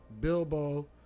Bilbo